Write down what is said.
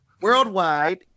Worldwide